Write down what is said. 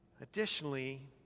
Additionally